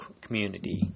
community